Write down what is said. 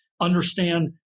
Understand